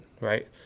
right